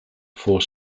four